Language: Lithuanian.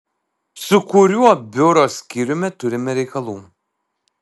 su kuriuo biuro skyriumi turime reikalų